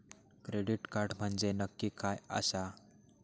Credit card म्हंजे नक्की काय आसा?